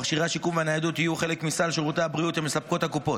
ומכשירי השיקום והניידות יהיו חלק מסל שירותי הבריאות שמספקות הקופות.